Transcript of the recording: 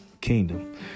Kingdom